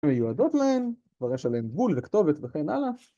מיועדות להן, כבר יש עליהן גבול וכתובת וכן הלאה